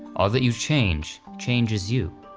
all that you change changes you.